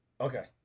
Okay